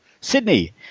Sydney